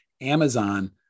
Amazon